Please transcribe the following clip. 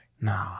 No